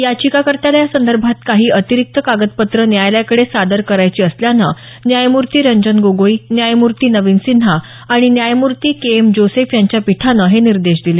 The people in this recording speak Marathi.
याचिकाकर्त्याला यासंदर्भात काही अतिरिक्त कागदपत्रं न्यायालयाकडे सादर करायची असल्यानं न्यायमूर्ती रंजन गोगोई न्यायमूर्ती नवीन सिन्हा आणि न्यायमूर्ती के एम जोसेफ यांच्या पीठानं हे निर्देश दिले